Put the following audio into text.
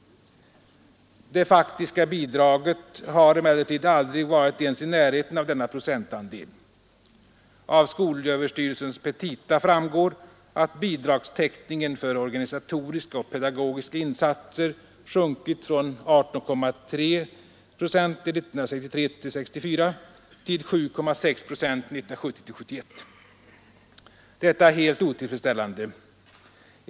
Det faktiska bidraget har emellertid aldrig varit ens i närheten av denna procentandel. Av skolöverstyrelsens petita framgår att bidragstäckningen för organisatoriska och pedagogiska insatser har sjunkit från 18,3 procent 1963 71. Detta är helt otillfredsställande.